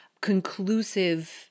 conclusive